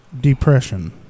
depression